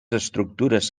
estructures